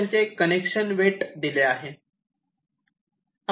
त्यांचे कनेक्शन वेट दिले आहे